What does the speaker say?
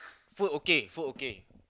food okay food okay